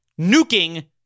nuking